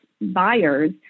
buyers